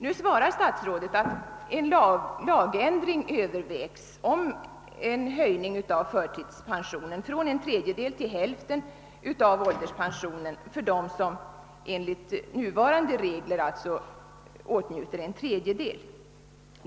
Nu svarar statsrådet att en lagändring övervägs beträffande en höjning av förtidspensionen från en tredjedel till hälften av ålderspensionen för dem som enligt nuvarande regler åtnjuter en trediedel.